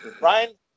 Ryan